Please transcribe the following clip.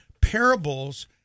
parables